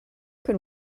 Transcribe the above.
can